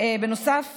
בנוסף,